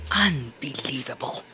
Unbelievable